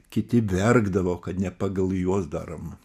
kiti verkdavo kad ne pagal juos darom